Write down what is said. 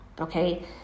Okay